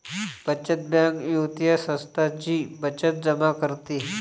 बचत बँक वित्तीय संस्था जी बचत जमा करते